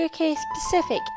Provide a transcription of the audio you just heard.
UK-specific